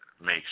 Makes